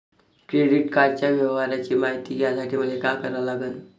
Credit कार्डाच्या व्यवहाराची मायती घ्यासाठी मले का करा लागन?